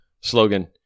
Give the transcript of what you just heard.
Slogan